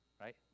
right